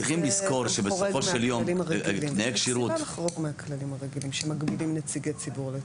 צריך סיבה לחרוג מהכללים הרגילים שמגבילים נציגי ציבור לתקופות.